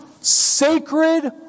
sacred